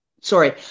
Sorry